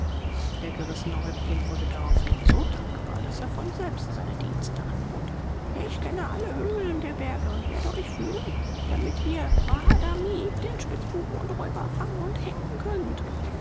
der gerissene häuptling wurde daraufhin so dankbar daß er von selbst seine dienste anbot ich kenne alle höhlen der berge und werde euch führen damit ihr wahadamib den spitzbuben und räuber fangen und hängen könnt